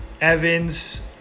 Evans